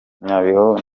nyabihu